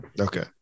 Okay